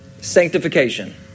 sanctification